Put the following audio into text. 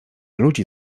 ludzi